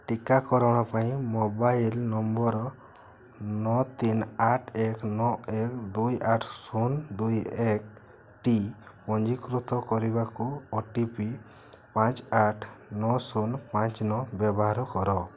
ଟିକାକରଣ ପାଇଁ mobile number ନଅ ତିନି ଆଠ ଏକ ନଅ ଏକ ଦୁଇ ଆଠ ଶୂନ ଦୁଇ ଏକ ଟି ପଞ୍ଜୀକୃତ କରିବାକୁ ଓ ଟି ପି ପାଞ୍ଚ ଆଠ ନଅ ଶୂନ ପାଞ୍ଚ ନଅ ବ୍ୟବହାର କର